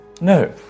No